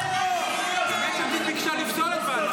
חמישה נגד, ארבעה בעד.